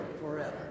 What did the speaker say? forever